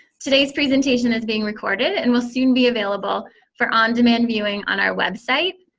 today's presentation is being recorded, and will soon be available for on demand viewing on our website,